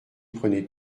prenais